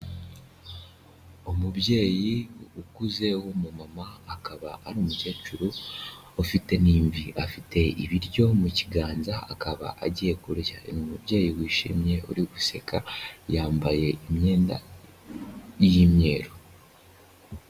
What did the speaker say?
Umubyeyi ukuze w'umumama akaba ari umukecuru ufite n'imvi. Afite ibiryo mu kiganza akaba agiye kurya. Ni umubyeyi wishimye uri guseka, yambaye imyenda y'imyeru.